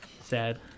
sad